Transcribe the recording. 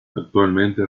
actualmente